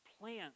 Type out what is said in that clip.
plant